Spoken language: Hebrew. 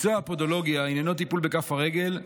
מקצוע הפודולוגיה עניינו טיפול בכף הרגל,